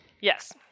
Yes